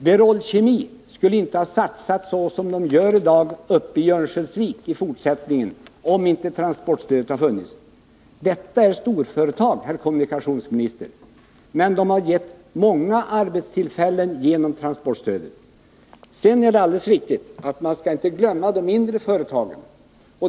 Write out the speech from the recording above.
Berol Kemi skulle inte ha satsat så som företaget gör i dag i Örnsköldsvik om transportstödet inte hade funnits. Detta är storföretag, herr kommunikationsminister. De har kunnat ge många arbetstillfällen på grund av transportstödet. Sedan är det alldeles riktigt att man inte skall glömma de mindre företagen.